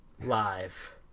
live